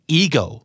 ego